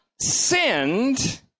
sinned